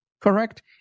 correct